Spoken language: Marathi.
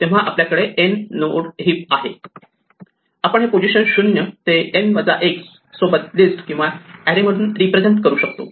तेव्हा आपल्याकडे n नोड हिप आहे आपण हे पोझिशन 0 ते n 1 सोबत लिस्ट किंवा एरे म्हणून रिप्रेझेंट करू शकतो